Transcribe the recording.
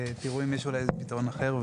תראו האם יש אולי איזה פתרון אחר,